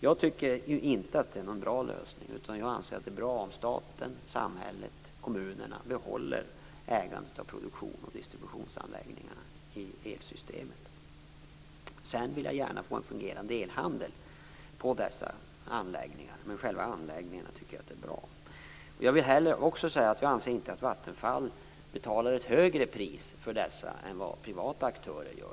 Jag tycker inte att det är en bra lösning, utan jag anser att det är bra om staten/samhället - kommunerna - behåller ägandet av produktions och distributionsanläggningarna i elsystemet. Jag vill gärna få en fungerande elhandel vid dessa anläggningar. Själva anläggningarna tycker jag alltså är bra. Vidare anser jag inte att Vattenfall betalar ett högre pris för dessa än vad privata aktörer gör.